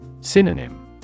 Synonym